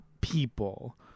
people